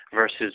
versus